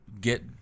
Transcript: get